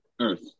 earth